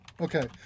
Okay